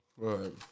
Right